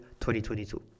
2022